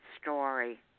story